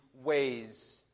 ways